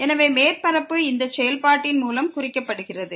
எனவே மேற்பரப்பு இந்த செயல்பாட்டின் மூலம் குறிக்கப்படுகிறது